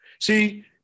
See